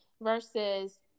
versus